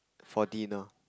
for dinner